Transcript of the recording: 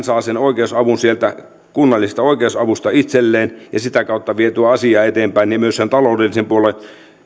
saa sen oikeusavun sieltä kunnallisesta oikeus avusta itselleen ja sitä kautta vietyä asiaa eteenpäin jolloin myös taloudellisen puolen